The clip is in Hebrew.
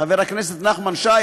חבר הכנסת נחמן שי,